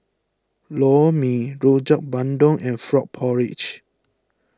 Lor Mee Rojak Bandung and Frog Porridge